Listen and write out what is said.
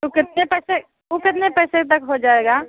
तो कितने पैसे कितने पैसे तक हो जाएगा